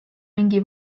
mingi